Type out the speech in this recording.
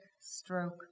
stroke